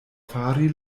fari